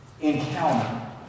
encounter